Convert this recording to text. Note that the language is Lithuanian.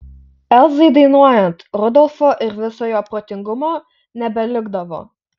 elzai dainuojant rudolfo ir viso jo protingumo nebelikdavo